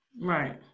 right